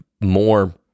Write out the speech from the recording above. more